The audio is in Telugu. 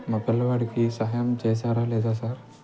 మా పిల్లవాడికి సహాయం చేసారా లేదా సార్